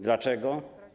Dlaczego?